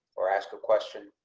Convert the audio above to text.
or ask a question.